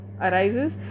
arises